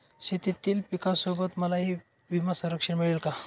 शेतीतील पिकासोबत मलाही विमा संरक्षण मिळेल का?